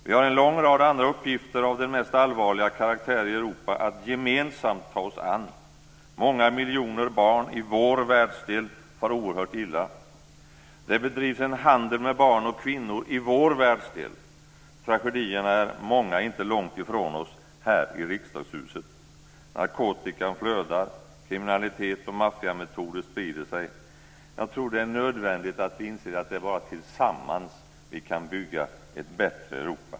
Vi har en lång rad andra uppgifter av den mest allvarliga karaktär i Europa att gemensamt ta oss an. Många miljoner barn i vår världsdel far oerhört illa. Det bedrivs en handel med barn och kvinnor i vår världsdel. Tragedierna är många inte långt ifrån oss här i Riksdagshuset. Narkotikan flödar. Kriminalitet och maffiametoder sprider sig. Jag tror att det är nödvändigt att vi inser att det bara är tillsammans som vi kan bygga ett bättre Europa.